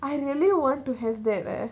I really want to have that leh